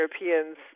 Europeans